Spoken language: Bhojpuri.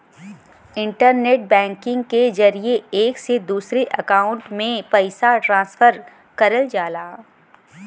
इंटरनेट बैकिंग के जरिये एक से दूसरे अकांउट में पइसा ट्रांसफर करल जाला